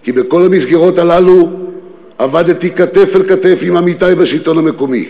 כי בכל המסגרות הללו עבדתי כתף אל כתף עם עמיתי בשלטון המקומי,